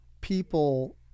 people